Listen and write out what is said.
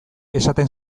esaten